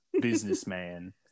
businessman